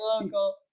local